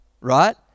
right